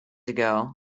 ago